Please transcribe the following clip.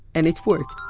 and it worked!